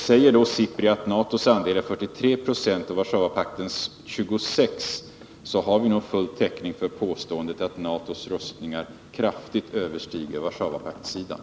Säger då SIPRI att NATO:s andel är 43 20 och Warszawapaktens 26 96, så har vi nog full täckning för påståendet att NATO:s rustningar kraftigt överstiger Warszawapaktssidans.